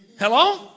Hello